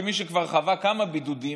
כמי שכבר חווה כמה בידודים,